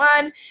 one